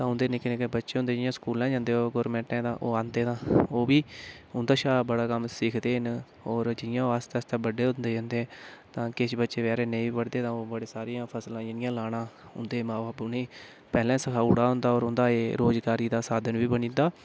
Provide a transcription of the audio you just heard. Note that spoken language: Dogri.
तां उं'दे निक्के निक्के बच्चे होंदे जियां स्कूलां जंदे ओह् गोरमेंटें दा ओह् औंदे तां ओह् बी उंदे शा बड़ा कम्म सिखदे न होर जियां ओह् आस्तै आस्तै बड्डे होंदे जंदे तां किश बच्चे बचैरे नेईं बी पढ़दे ऐ तां ओह् बड़ी सारियां फसलां जियां लाना उं'दे मां बब्ब उ'नेंगी पैह्ले सखाई ओड़े दा होंदा होर उं'दा एह् रोजगारी दी साधन बी बनी जंदा